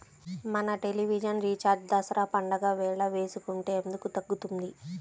మన television recharge Dasara పండగ వేళ వేసుకుంటే ఎందుకు తగ్గుతుంది?